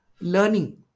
learning